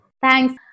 Thanks